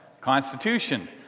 Constitution